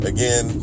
Again